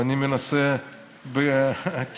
אני מנסה בכנות,